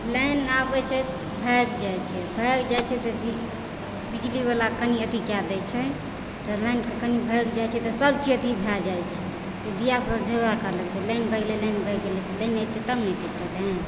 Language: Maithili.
लाइन आबै छै भागि जाइत छै भागि जाइत छै तऽ बि बिजलीवला कनि अथि कए दै छै तऽ लाइन कनि भागि जाइ छै तऽ सभके अथि भए जाइत छै धियापुता झगड़ा करऽ लगै छै लाइन भागि गेलै लाइन भागि गेलै लाइन एतै तब ने देतै लाइन